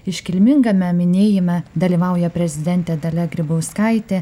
iškilmingame minėjime dalyvauja prezidentė dalia grybauskaitė